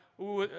wu.